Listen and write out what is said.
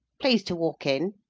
please to walk in.